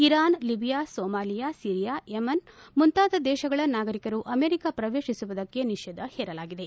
Iran Libya Somalia Syria Yemen ಮುಂತಾದ ದೇಶಗಳ ನಾಗರಿಕರು ಅಮೆರಿಕ ಪ್ರವೇಶಿಸುವುದಕ್ಕೆ ನಿಷೇಧ ಹೇರಲಾಗಿದೆ